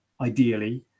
ideally